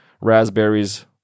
raspberries